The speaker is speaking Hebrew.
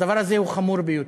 הדבר הזה הוא חמור ביותר: